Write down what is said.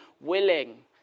willing